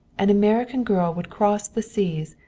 an american girl would cross the seas,